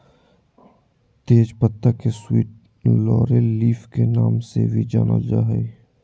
तेज पत्ता के स्वीट लॉरेल लीफ के नाम से भी जानल जा हइ